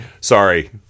Sorry